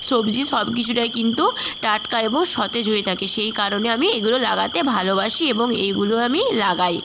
সবজি সব কিছুটাই কিন্তু টাটকা এবং সতেজ হয়ে থাকে সেই কারণে আমি এগুলো লাগাতে ভালোবাসি এবং এইগুলো আমি লাগাই